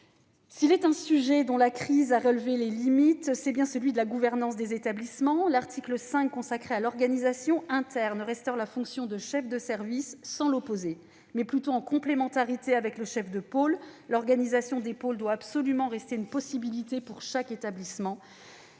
S'il est un sujet dont la crise a relevé les limites, c'est bien celui de la gouvernance des établissements. L'article 5 consacré à l'organisation interne restaure la fonction de chef de service non pas en opposition, mais en complémentarité de celle de chef de pôle. L'organisation des pôles doit absolument rester une possibilité pour chaque établissement.